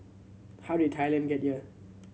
how did Thailand get here